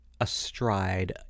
astride